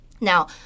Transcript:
Now